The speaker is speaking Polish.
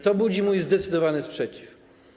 To budzi mój zdecydowany sprzeciw.